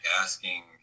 asking